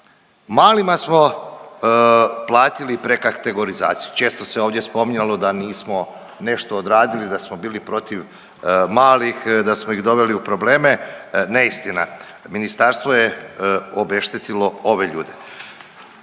Malima smo platili prekategorizaciju. Često se ovdje spominjalo da nismo nešto odradili da smo bili protiv malih, da smo ih doveli u probleme, neistina. Ministarstvo je obeštetilo ove ljude.